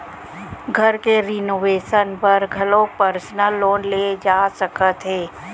घर के रिनोवेसन बर घलोक परसनल लोन ले जा सकत हे